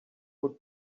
would